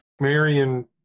Marion